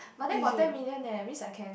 is it